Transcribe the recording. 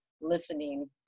listening